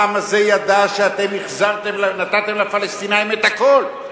העם הזה ידע שאתם נתתם לפלסטינים את הכול,